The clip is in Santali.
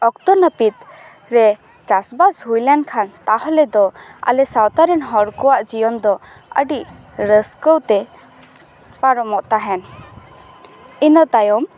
ᱚᱠᱛᱚ ᱱᱟᱹᱯᱤᱛ ᱨᱮ ᱪᱟᱥᱵᱟᱥ ᱦᱩᱭ ᱞᱮᱱᱠᱷᱟᱱ ᱛᱟᱦᱚᱞᱮ ᱫᱚ ᱟᱞᱮ ᱥᱟᱶᱛᱟ ᱨᱮᱱ ᱦᱚᱲ ᱠᱚᱣᱟᱜ ᱡᱤᱭᱚᱱ ᱫᱚ ᱟᱹᱰᱤ ᱨᱟᱹᱥᱠᱟᱹᱣ ᱛᱮ ᱯᱟᱨᱚᱢᱚᱜ ᱛᱮᱦᱮᱱ ᱤᱱᱟᱹ ᱛᱟᱭᱚᱢ